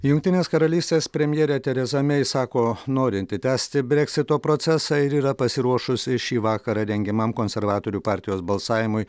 jungtinės karalystės premjerė tereza mei sako norinti tęsti breksito procesą ir yra pasiruošusi šį vakarą rengiamam konservatorių partijos balsavimui